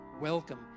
welcome